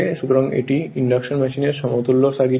সুতরাং এটি ইন্ডাকশন মেশিনের সমতুল্য সার্কিট হয়